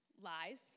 Lies